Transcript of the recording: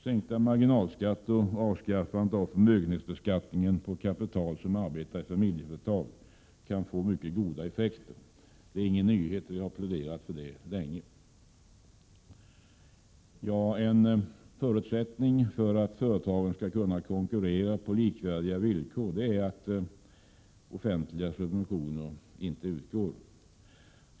Sänkta marginalskatter och avskaffandet av förmögenhetsskatten på kapital som arbetar i familjeföretag kan få mycket goda effekter. Det är ingen nyhet, och jag har länge pläderat för detta. En förutsättning för att företagen skall kunna konkurrera på likvärdiga villkor är att offentliga subventioner inte utgår.